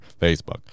Facebook